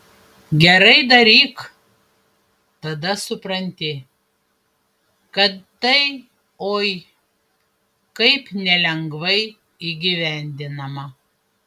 gerai daryk tada supranti kad tai oi kaip nelengvai įgyvendinama